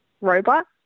robot